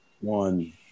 One